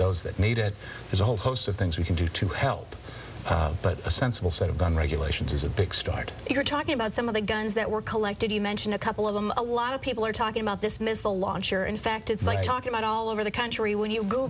those that need it is a whole host of things we can do to help but a sensible set of gun regulations is a big start you're talking about some of the guns that were collected you mentioned a couple of them a lot of people are talking about this missile launcher in fact it's like talking about all over the country when you go